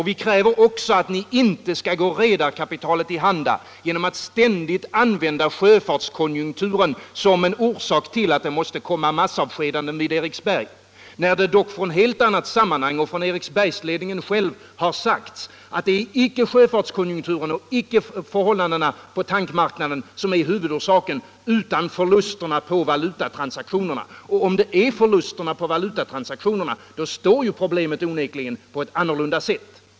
Vi kräver dessutom att ni inte skall gå redarkapitalet till handa genom att ständigt anföra sjöfartskonjunkturen som en orsak till att det måste bli massavskedanden vid Eriksberg, när det dock i helt andra sammanhang och från Eriksbergsledningen själv har sagts att det icke är sjö fartskonjunkturen och icke förhållandena på tankmarknaden som är huvudorsaken utan förlusterna på valutatransaktionerna. Om det är förlusterna på valutatransaktionerna som är orsaken, då ligger ju problemet onekligen till på ett annorlunda sätt.